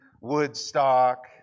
Woodstock